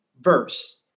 verse